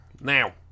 Now